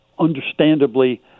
understandably